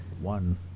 One